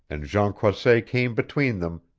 and jean croisset came between them,